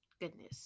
Goodness